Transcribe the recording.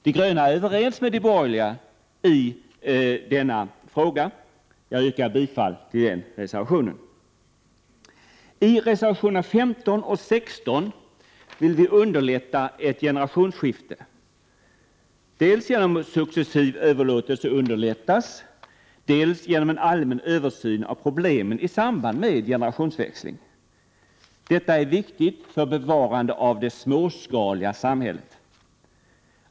De gröna är överens med de borgerliga i denna fråga, och jag yrkar bifall till den reservationen. I reservationerna 15 och 16 föreslår vi ett underlättande av ett generationsskifte. Det skall ske dels genom att en successiv överlåtelse underlättas, dels genom en allmän översyn av problemen i samband med generationsväxling. Detta är viktigt för bevarande av det småskaliga samhället.